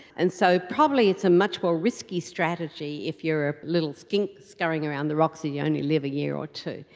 and so probably it's a much more risky strategy if you're a little skink scurrying around the rocks and you only live a year or two.